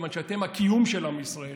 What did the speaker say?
כיוון שאתם הקיום של עם ישראל.